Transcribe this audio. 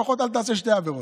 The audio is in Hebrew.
לפחות אל תעשה שתי עבירות.